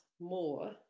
more